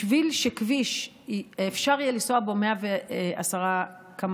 בשביל שאפשר יהיה לנסוע בכביש 110 קמ"ש,